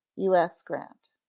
u s. grant.